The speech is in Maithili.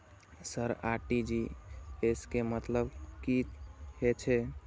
सर आर.टी.जी.एस के मतलब की हे छे?